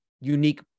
unique